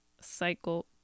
cycle